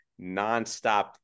nonstop